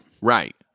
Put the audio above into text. right